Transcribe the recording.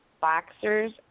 Boxers